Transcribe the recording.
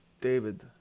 David